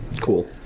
Cool